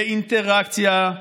לאינטראקציה,